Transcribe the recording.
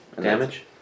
Damage